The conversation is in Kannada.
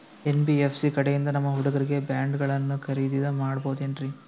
ಎನ್.ಬಿ.ಎಫ್.ಸಿ ಕಡೆಯಿಂದ ನಮ್ಮ ಹುಡುಗರಿಗೆ ಬಾಂಡ್ ಗಳನ್ನು ಖರೀದಿದ ಮಾಡಬಹುದೇನ್ರಿ?